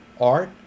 art